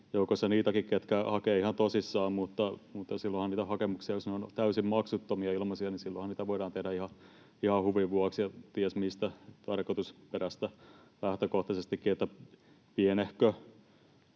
joukossa niitäkin, ketkä hakevat ihan tosissaan, mutta silloinhan niitä hakemuksia, jos ne ovat täysin maksuttomia, ilmaisia, voidaan tehdä ihan huvin vuoksi ja ties mistä tarkoitusperästä lähtökohtaisestikin. Pienehkö